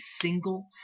single